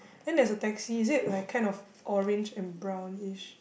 then there is a taxi is it like kind of orange and brownish